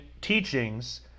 teachings